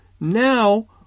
now